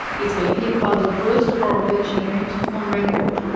it's been hit by the worst coral bleaching event on record.